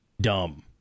dumb